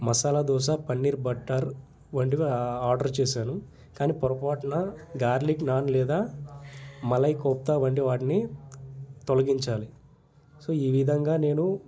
masala dosa paneer butter వంటివి ఆ order చేశాను కానీ పొరపాటునా గార్లిక్ నాన్ లేదా మలై కోఫ్తా వండి వాటిని తొలగించాలి సో ఈ విధంగా నేను